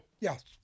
Yes